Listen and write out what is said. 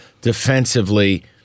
Defensively